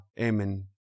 Amen